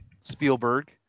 Spielberg